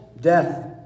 death